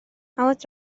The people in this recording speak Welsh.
aled